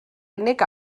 unig